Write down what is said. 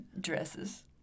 dresses